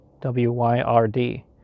W-Y-R-D